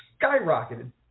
skyrocketed